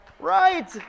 Right